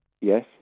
Yes